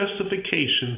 justification